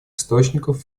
источников